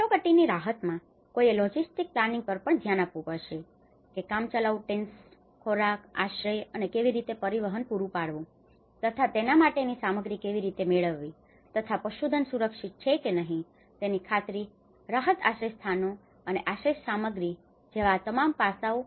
કટોકટીની રાહતમાં કોઈએ લોજિસ્ટિક પ્લાનિંગ પર પણ ધ્યાન આપવું પડશે કે કામચલાઉ ટેન્ટ્સ ખોરાક આશ્રય અને કેવી રીતે પરિવહન પૂરું પાડવું તથા તેના માટેની સામગ્રી કેવી રીતે મેળવવી તથા પશુધન સુરક્ષિત છે કે નહીં તેની ખાતરીરાહત આશ્રયસ્થાનો અને આશ્રયસામગ્રી જેવા આ તમામ પાસાઓ